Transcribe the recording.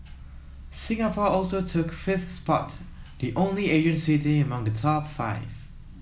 Singapore also took fifth spot the only Asian city among the top five